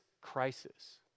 crisis